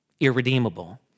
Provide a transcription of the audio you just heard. irredeemable